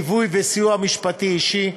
ליווי וסיוע משפטי אישי.